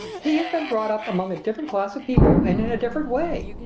he has been brought up among a different class of people and in a different way.